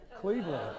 Cleveland